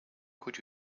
could